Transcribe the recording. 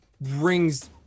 rings